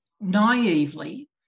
naively